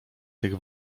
tych